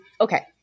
Okay